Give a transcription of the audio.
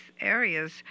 areas